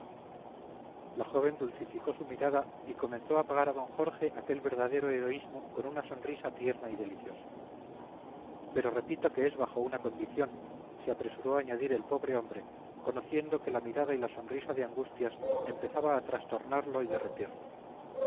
la joven dulcificó su mirada y comenzó a pagar a d jorge aquel verdadero heroísmo con una sonrisa tierna y deliciosa pero repito que es bajo una condición se apresuró a añadir el pobre hombre conociendo que la mirada y la sonrisa de angustias empezaba a trastornarlo y derretirlo